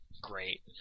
great